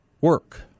work